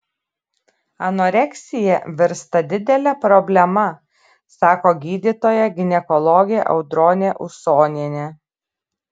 anoreksija virsta didele problema sako gydytoja ginekologė audronė usonienė